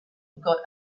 forgot